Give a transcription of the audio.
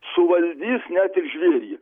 suvaldys ne ir žvėrį